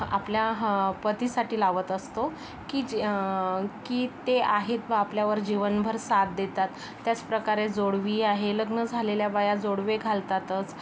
आपल्या ह पतीसाठी लावत असतो की जे की ते आहेत बा आपल्यावर जीवनभर साथ देतात त्याचप्रकारे जोडवी आहे लग्न झालेल्या बाया जोडवे घालतातच